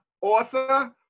author